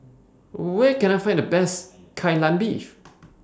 Where Can I Find The Best Kai Lan Beef